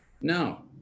No